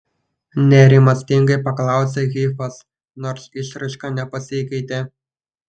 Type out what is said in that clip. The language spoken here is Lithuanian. nerimastingai paklausė hifas nors išraiška nepasikeitė